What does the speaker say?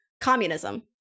Communism